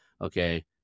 okay